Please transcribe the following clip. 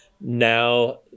now